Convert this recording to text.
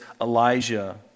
Elijah